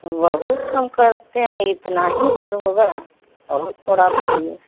बहुत कम करते हैं इतना हीं भर होगा बताइए और थोड़ा बोलिए